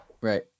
right